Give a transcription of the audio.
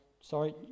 sorry